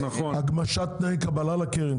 הגמשת תנאי קבלה לקרן,